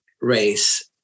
race